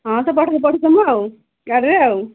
ହଁ ସେପଟେ ପଠାଇଦେମୁ ଆଉ ଗାଡ଼ିରେ ଆଉ